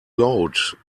load